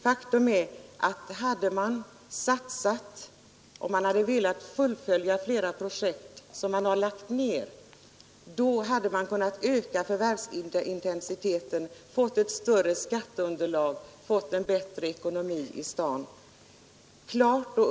Faktum är att om man hade velat fullfölja flera projekt som man har lagt ned kunde man ha ökat förvärvsintensiteten, fått ett större skatteunderlag och en bättre ekonomi i staden.